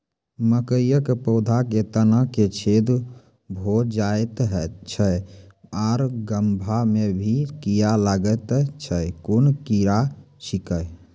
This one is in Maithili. मकयक पौधा के तना मे छेद भो जायत छै आर गभ्भा मे भी कीड़ा लागतै छै कून कीड़ा छियै?